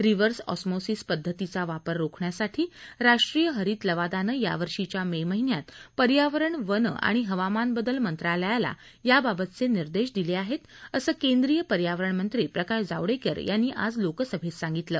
reverse osmosis पद्धतीचा वापर रोखण्यासाठी राष्ट्रीय हरित लवादानं यावर्षीच्या मे महिन्यात पर्यावरण वने आणि हवामानबदल मंत्रालयाला याबाबतचे निर्देश दिले आहेत असं केंद्रीय पर्यावरण मंत्री प्रकाश जावडेकर यांनी आज लोकसभेत सांगितलं